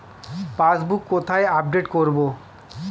Passbook কোথায় update করব?